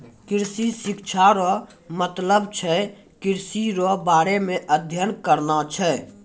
कृषि शिक्षा रो मतलब छै कृषि रो बारे मे अध्ययन करना छै